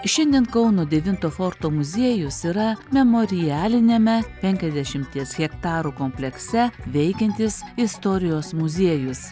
šiandien kauno devinto forto muziejus yra memorialiniame penkiasdešimties hektarų komplekse veikiantis istorijos muziejus